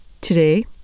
today